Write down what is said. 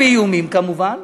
באיומים כמובן,